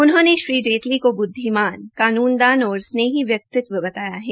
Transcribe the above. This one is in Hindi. उन्होंने श्री जेतली को ब्द्विमान कानून दान और स्नेही व्यक्तित्व बताया है